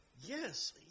yes